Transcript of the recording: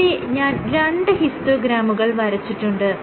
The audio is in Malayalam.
ഇവിടെ ഞാൻ രണ്ട് ഹിസ്റ്റോഗ്രാമുകൾ വരച്ചിട്ടുണ്ട്